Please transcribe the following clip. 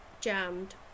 jammed